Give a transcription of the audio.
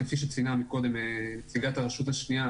כפי שציינה קודם נציגת הרשות השניה,